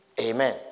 Amen